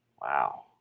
Wow